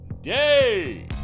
day